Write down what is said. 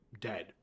Dead